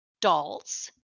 dolls